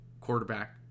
quarterback